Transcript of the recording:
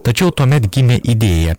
tačiau tuomet gimė idėja